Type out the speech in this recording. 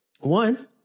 one